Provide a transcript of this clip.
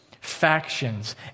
factions